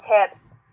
tips